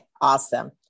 Awesome